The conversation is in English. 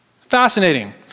fascinating